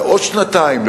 לעוד שנתיים,